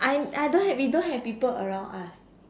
I I don't have we don't have people around us